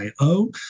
.io